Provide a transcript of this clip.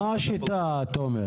מה השיטה, תומר?